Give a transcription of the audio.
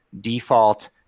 default